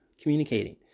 Communicating